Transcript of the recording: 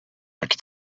could